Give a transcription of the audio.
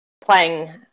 playing